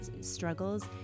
struggles